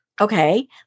Okay